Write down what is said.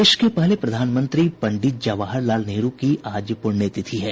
देश के पहले प्रधानमंत्री पंडित जवाहर लाल नेहरू की आज पुण्यतिथि है